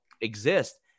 exist